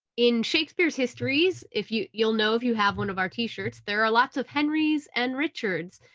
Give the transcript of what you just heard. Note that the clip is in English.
in shakespeare's histories if you you'll know if you have one of our t-shirts, there are lots of henrys and richards,